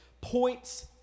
points